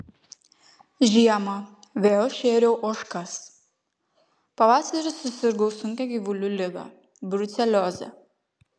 žiemą vėl šėriau ožkas pavasarį susirgau sunkia gyvulių liga brucelioze